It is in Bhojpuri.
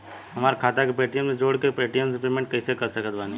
हमार खाता के पेटीएम से जोड़ के पेटीएम से पेमेंट कइसे कर सकत बानी?